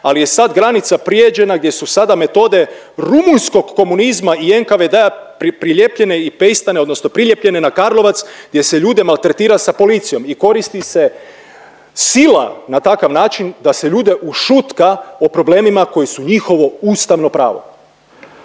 Ali je sad granica prijeđena gdje su sada metode rumunjskog komunizma i N.K. v.d. prilijepljene i pejstane odnosno prilijepljene na Karlovac gdje se ljude maltretira sa policijom i koristi se sila na takav način da se ljude ušutka o problemima koji su njihovo ustavno pravo.